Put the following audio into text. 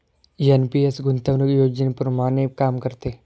NPS गुंतवणूक योजनेप्रमाणे काम करते